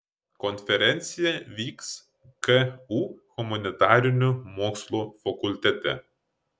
konferencija vyks ku humanitarinių mokslų fakultete